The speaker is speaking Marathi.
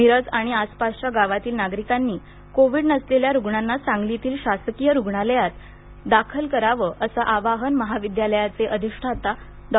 मिरज आणि आसपासच्या गावातील नागरिकांनी कोविड नसलेल्या रूग्णांना सांगलीतील शासकीय रुग्णालयात दाखल करावं असं आवाहन महाविद्यालयाचे अधिष्ठाता डॉ